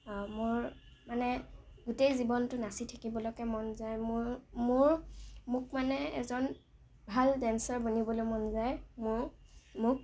মোৰ মানে গোটেই জীৱনটো নাচি থাকিবলৈকে মন যায় মোৰ মোৰ মোক মানে এজন ভাল ডেন্সাৰ বনিবলৈ মন যায় মোৰ মোক